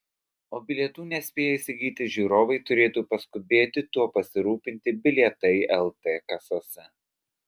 o bilietų nespėję įsigyti žiūrovai turėtų paskubėti tuo pasirūpinti bilietai lt kasose